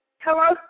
Hello